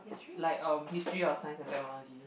like um history of science and technology